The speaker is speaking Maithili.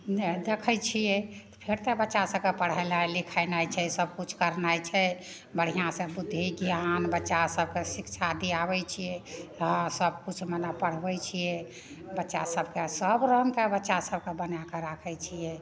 ने देखै छियै छोटके बच्चा सब कए पढ़ेनाइ लिखैनाइ छै सब किछु करनाइ छै बढ़िऑं सऽ बुद्धि ज्ञान बच्चा सबके शिक्षा दियाबै छियै हँ सब किछु मने पढ़बै छियै बच्चा सबके सब रंगके बच्चा सबके बनाके राखै छियै